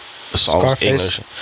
Scarface